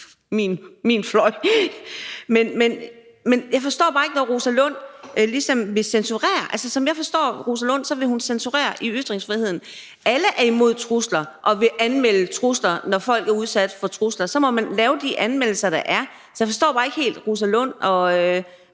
min fløj, men jeg forstår det bare ikke, når Rosa Lund ligesom vil censurere. Altså, som jeg forstår fru Rosa Lund, vil hun censurere ytringsfriheden. Alle er imod trusler og vil anmelde trusler. Når folk er udsat for trusler, må man lave de anmeldelser, der skal til. Så jeg forstår bare ikke helt, hvor Rosa Lund vil